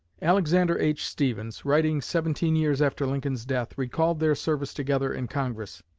alexander h. stephens, writing seventeen years after lincoln's death, recalled their service together in congress.